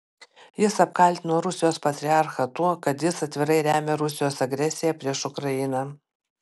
jis apkaltino rusijos patriarchą tuo kad jis atvirai remia rusijos agresiją prieš ukrainą